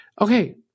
okay